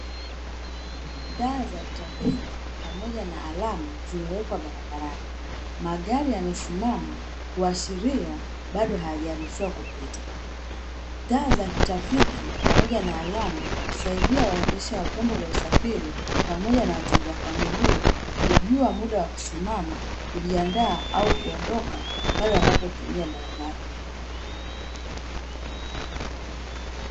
Taa za trafiki pamoja na alama zimewekwa barabarani. Magari yamesimama kuashiria bado hayajaruhusiwa kupita. Taa za trafiki pamoja na alama husaidia waendesha wa vyombo vya usafiri pamoja na watembea kwa miguu kujua muda wa kusimama, kujiandaa au kuondoka pale wanapotumia barabara.